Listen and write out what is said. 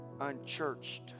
Unchurched